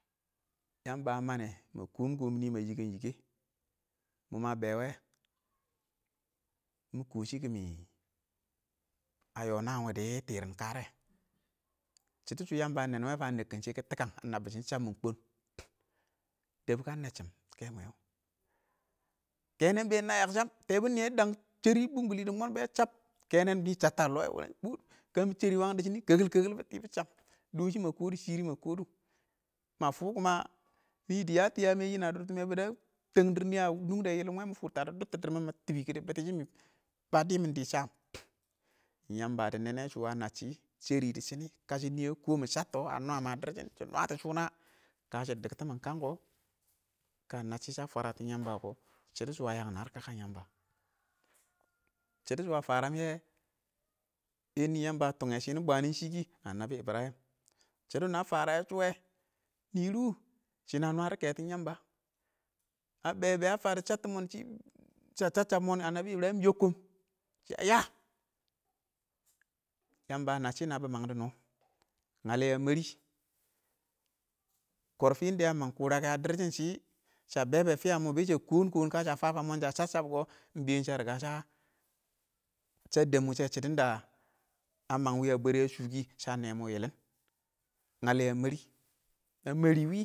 Yəmbə ə məng yɛ, mə kɔɔm-kɔɔm nɪ mə yɪkɛ-yɪkɛ, ɪng mɔ mə bɛ wɛ, mɪ kɔɔ shɪ kʊ mɪ ə yɔɔn ɪng nə wɪɪ dɪ tɪn kərɛ, shɪdo shʊ ɪng yəmbə ə nɛn wɛ fə ə nɛkɪn dɪ tɪkəng ə nəbbɔ shɪn chəp ɪng mʊn kɔɔn, dɛb kə nəm shɪn kɛ mwɛ wʊ, kɪnɛ ɪng bɛɛn ə yəng shəm ,tɛɛbʊn nɪyɛ dəng shərɪ bʊnkɪlɪ dɪ mɔn bɛ cəp, kɛnɛ nɪ bɛn chəbtə lʊ yɛ wʊrɛn shɛ ,kə mɪ shərɪ wɔngɪn dɪ sho kʊkɪl-kokɪl kɔ bɪ chəp, dɔshɪ mə kɔdʊ shɪrɪ mə kɔdʊ, mə fʊʊ nɪ dɪ yə tɪ yəəm yɛ nɪ ə dʊr tɪm bɪdə təng dɪrr nɪyɛ ə nʊngdɛ yɪlɪn wɛ mɪ fʊʊ tɛ, ə dʊttɛ dɪrr mɪ tɪb mɪ kɪdɪ bɪtɛsh,ɪ mɪ bə dɪmɪn dɪ shəm, ɪng yamba dɪ nɛn nɛ shʊ wʊ ə nə shɪ, shərɪ dɪ shonɪ kə shɪ nɪ ə kɔom dɪ shəttɔ, ə nwən ə dɪrshɪn shɪ nwətɔ shʊn nə, kə shɪ dɪng tɪ mɪn kəng kɔ, kən nəsshɪ shə fwətɪn yəmbə kɔ shɪdo shʊ ə yəng hər kəkən yəmbə, shɪdʊ shʊ ə fərəm yɛ nɪn ɪng yəmbə ə tɪmmɛ shɪ nɪ bwə shɪkɪ, ɪng ənnəbɪ ɪbrəyɪm, shɪdo wʊnʊ a yɛ shɛ wɛ nɪrɪ shɪ nə nwədɔ kɛtɔn ɪng yəmbə ə bɛ bɛ ə fə dɪ chəttɔ mɔn shɪ shə chəb-chəb mɔn ɪng ənnəbɪ yɪbɪrəyɪm yɔk kən shɪ ə yə, yəmbə ə nə shɪ nəbi məng dɔ nɔ ,ngəlɛ ə mərɪ, kɔrfɪ ə məng kʊra kɛ a dɪrr shɪn shɪ sha bɛ bə fɪya mɔ shə kɔɔn-kɔɔ kə shə fəfə mɔn shə chəb-chəb kɔ dɪ shə rɪgə shə shə dɛb wɪshɛ shɪdɔ, də ə məng wɪ ə bwɛrɛ ə shʊ kɪ, shə nɛm mɔ wɪɪ yɪlɪn nyəlɛ ə mɛrɪ ə mɛrɪ wɪ